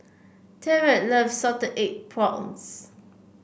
Tyrek loves Salted Egg Prawns